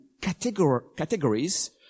categories